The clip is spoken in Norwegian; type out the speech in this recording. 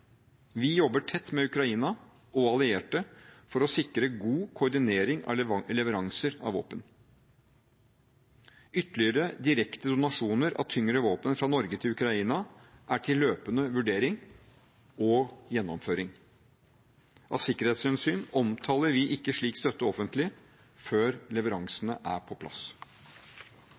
Vi jobber tett med Ukraina og allierte for å sikre god koordinering av leveranser av våpen. Ytterligere direkte donasjoner av tyngre våpen fra Norge til Ukraina er til løpende vurdering – og gjennomføring. Av sikkerhetshensyn omtaler vi ikke slik støtte offentlig før leveransene er på plass.